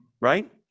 right